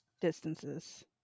Distances